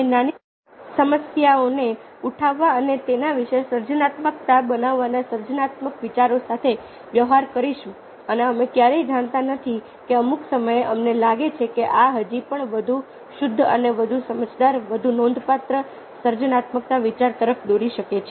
અમે નાની સમસ્યાઓને ઉઠાવવા અને તેના વિશે સર્જનાત્મક બનવાના સર્જનાત્મક વિચારો સાથે વ્યવહાર કરીશું અને અમે ક્યારેય જાણતા નથી કે અમુક સમયે અમને લાગે છે કે આ હજી પણ વધુ શુદ્ધ અને વધુ સમજદાર વધુ નોંધપાત્ર સર્જનાત્મક વિચારો તરફ દોરી શકે છે